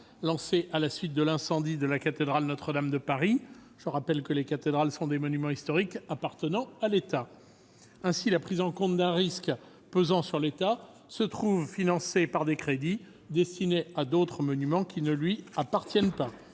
lancé à la suite de l'incendie de la cathédrale Notre-Dame de Paris. Je rappelle que les cathédrales sont des monuments historiques appartenant à l'État. Aussi, un risque pesant sur l'État se trouve financé par des crédits destinés à d'autres monuments qui ne lui appartiennent pas.